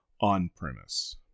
on-premise